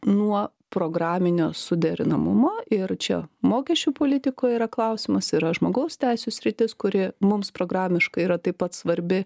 nuo programinio suderinamumo ir čia mokesčių politikoje yra klausimas yra žmogaus teisių sritis kuri mums programiškai yra taip pat svarbi